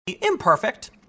imperfect